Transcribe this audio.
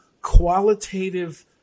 qualitative